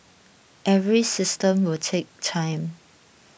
every system will take time